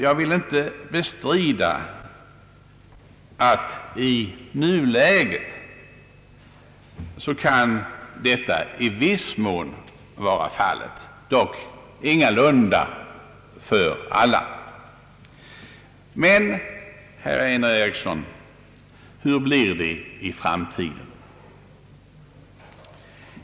Jag vill inte bestrida att i nuläget kan detta i viss mån vara fallet, dock ingalunda för alla. Men, herr Einar Eriksson, hur blir det i framtiden?